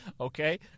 Okay